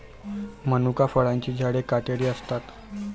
मनुका फळांची झाडे काटेरी असतात